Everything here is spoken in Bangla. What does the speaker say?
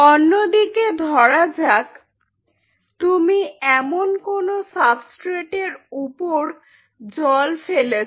অন্যদিকে ধরা যাক তুমি এমন কোন সাবস্ট্রেট এর উপর জল ফেলেছ